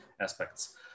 aspects